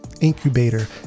Incubator